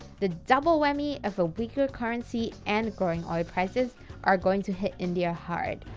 the double whammy of a weaker currency and growing oil prices are going to hit india hard.